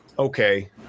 Okay